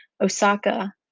Osaka